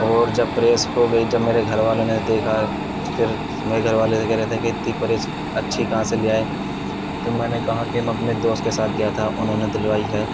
اور جب پریس ہو گئی جب میرے گھر والوں نے دیکھا پھر میرے گھر والے تو یہ کہہ رہے تھے اتنی پریس اچھی کہاں سے لے آئے تو میں نے کہا کہ میں اپنے دوست کے ساتھ گیا تھا انہوں نے دلوائی ہے